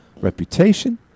reputation